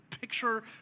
picture